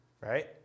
right